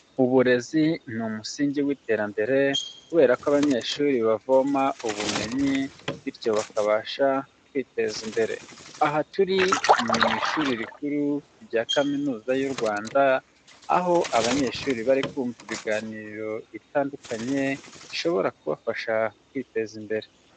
Uburezi ni umusingi w'iterambere, kubera ko abanyeshuri bavoma ubumenyi, bityo bakabasha kwiteza imbere. Aha turi ni mu ishuri rikuru rya kaminuza y'u Rwanda, aho abanyeshuri bari kumva ibiganiro bitandukanye, bishobora kubafasha kwiteza imbere.